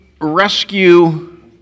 rescue